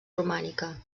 romànica